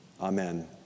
Amen